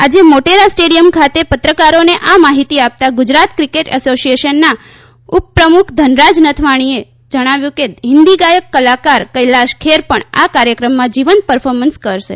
આજે મોટેરા સ્ટેડિયમ ખાતે પત્રકારોને આ માહિતી આપતા ગુજરાત ક્રિકેટ એસોસિયેશન ના ઉપપ્રમુખ ધનરાજ નથવાણીએ જણાવ્યું કે હિન્દી ગાયક કલાકાર કૈલાશ ખેર પણ આ કાર્યક્રમમાં જીવંત પરફોર્મન્સ કરશે